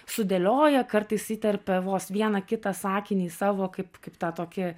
sudėlioja kartais įterpia vos vieną kitą sakinį savo kaip kaip tą tokį